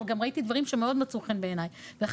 אבל גם ראיתי דברים שמאוד מצאו חן בעיניי ולכן